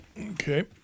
Okay